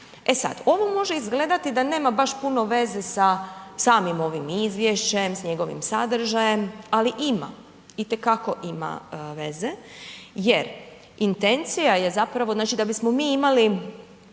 E sad, ovo može izgledati da nema baš puno veze sa samim ovim izvješćem, s njegovim sadržajem ali ima, itekako ima veze jer intencija je zapravo znači da bismo mi imali